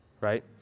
right